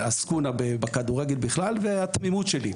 העסקונה בכדורגל בכלל והתמימות שלי.